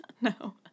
No